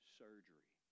surgery